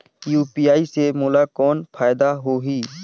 UPI से मोला कौन फायदा होही?